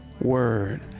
word